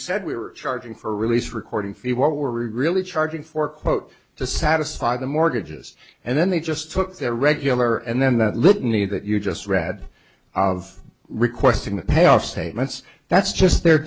said we were charging for release recording fee what we're really charging for quote to satisfy the mortgages and then they just took their regular and then that litany that you just read of requesting the payoff statements that's just their